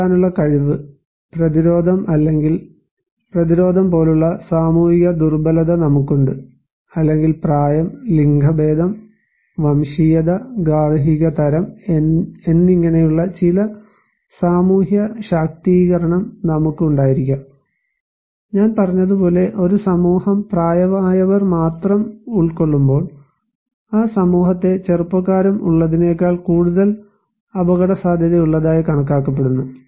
നേരിടാനുള്ള കഴിവ് പ്രതിരോധം അല്ലെങ്കിൽ പ്രതിരോധം പോലുള്ള സാമൂഹിക ദുർബലത നമുക്കുണ്ട് അല്ലെങ്കിൽ പ്രായം ലിംഗഭേദം വംശീയത ഗാർഹിക തരം എന്നിങ്ങനെയുള്ള ചില സാമൂഹ്യ ശാക്തീകരണം നമുക്ക് ഉണ്ടായിരിക്കാം ഞാൻ പറഞ്ഞതുപോലെ ഒരു സമൂഹം പ്രായമായവർ മാത്രം ഉൾക്കൊള്ളുമ്പോൾ ആ സമൂഹത്തെ ചെറുപ്പക്കാരും ഉള്ളതിനേക്കാൾ കൂടുതൽ അപകടസാധ്യതയുള്ളതായി കണക്കാക്കപ്പെടുന്നു